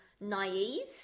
naive